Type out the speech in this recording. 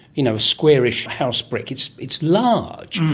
you know, a squarish house brick. it's it's large,